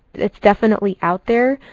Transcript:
it's definitely out there,